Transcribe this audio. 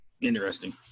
interesting